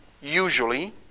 usually